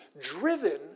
driven